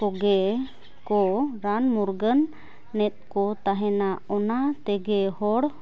ᱠᱚᱜᱮᱠᱚ ᱨᱟᱱᱼᱢᱩᱨᱜᱟᱹᱱᱮᱫᱠᱚ ᱛᱟᱦᱮᱱᱟ ᱚᱱᱟᱛᱮᱜᱮ ᱦᱚᱲ